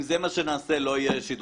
אם זה מה שנעשה, לא יהיה שדרוג.